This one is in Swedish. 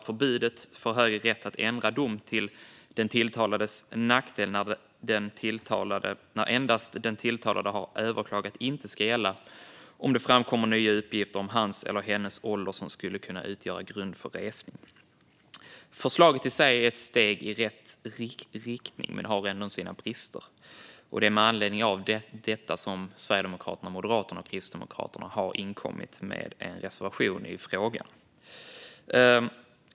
Förbudet för högre rätt att ändra en dom till den tilltalades nackdel när endast den tilltalade har överklagat ska inte gälla om det framkommer nya uppgifter om hans eller hennes ålder som skulle kunna utgöra grund för resning. Förslaget i sig är ett steg i rätt riktning, men det har ändå sina brister. Med anledning av det har Sverigedemokraterna, Moderaterna och Kristdemokraterna inkommit med en reservation i frågan.